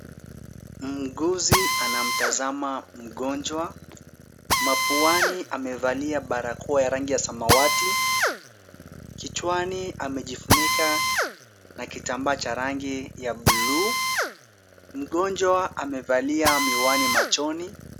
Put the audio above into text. Muuguzi anamtazama mgonjwa. Mapuani amevalia barakoa ya rangi ya samawati. Kichwani amejifunika na kitambaa cha rangi ya buluu. Mgonjwa amevalia miwani machoni.